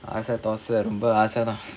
ஆச தோச ரொம்ப ஆசதான்:aasa thosa romba aasathaan